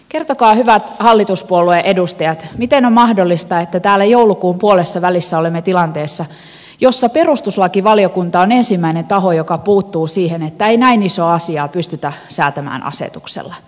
kertokaa hyvät hallituspuolueen edustajat miten on mahdollista että täällä joulukuun puolessa välissä olemme tilanteessa jossa perustuslakivaliokunta on ensimmäinen taho joka puuttuu siihen että ei näin isoa asiaa pystytä säätämään asetuksella